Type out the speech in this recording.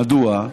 מדוע?